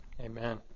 Amen